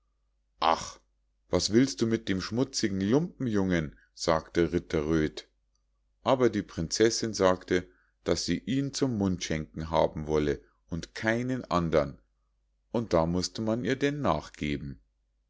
ach was willst du mit dem schmutzigen lumpenjungen sagte der ritter röd aber die prinzessinn sagte daß sie ihn zum mundschenken haben wolle und keinen andern und da mußte man ihr denn nachgeben